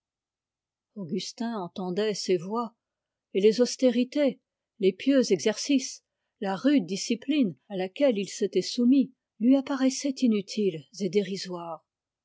augustin entendait ces voix et les austérités les pieux exercices la rude discipline à laquelle il s'était soumis lui apparaissaient inutiles et dérisoires